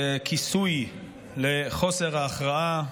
ככיסוי לחוסר ההכרעה,